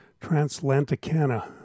Translanticana